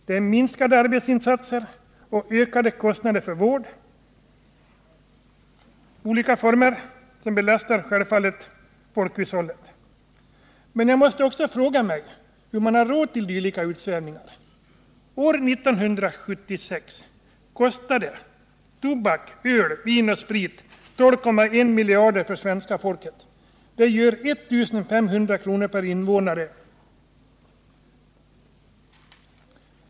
Vi får minskade arbetsinsatser och ökade kostnader för vård i olika former, som självfallet belastar folkhushållet. Men jag måste också fråga mig hur man har råd till dylika utsvävningar. År 1976 ”kostade” tobak, öl, vin och sprit 12,1 miljarder för svenska folket. Det gör 1 500 kr. per invånare och år.